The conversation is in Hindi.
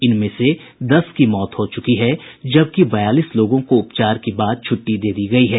इनमें से दस की मौत हो चुकी है जबकि बयालीस लोगों को उपचार के बाद छुट्टी दे दी गयी है